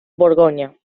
borgoña